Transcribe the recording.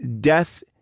death